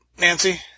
Nancy